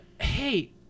hey